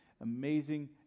amazing